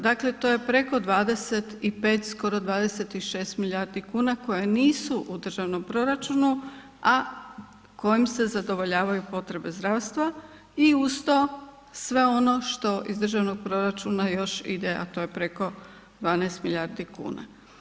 Dakle, to je preko 25 skoro 26 milijardi kuna koje nisu u državnom proračunu, a kojim se zadovoljavaju potrebe zdravstva i uz to sve ono što iz državnog proračuna još ide, a to je preko 12 milijardi kuna.